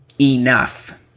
enough